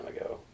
ago